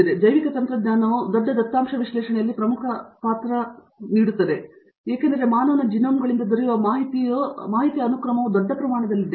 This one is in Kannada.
ಆದ್ದರಿಂದ ಜೈವಿಕ ತಂತ್ರಜ್ಞಾನವು ದೊಡ್ಡ ದತ್ತಾಂಶ ವಿಶ್ಲೇಷಣೆಯಲ್ಲಿ ಪ್ರಮುಖ ಪಾತ್ರಗಳಲ್ಲಿ ಒಂದಾಗಿದೆ ಏಕೆಂದರೆ ಮಾನವನ ಜಿನೊಮ್ಗಳಿಂದ ದೊರೆಯುವ ಮಾಹಿತಿಯ ಅನುಕ್ರಮವು ದೊಡ್ಡ ಪ್ರಮಾಣದಲ್ಲಿದೆ